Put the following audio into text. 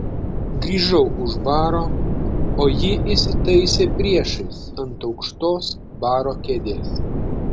grįžau už baro o ji įsitaisė priešais ant aukštos baro kėdės